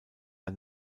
der